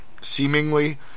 seemingly